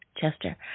Chester